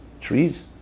trees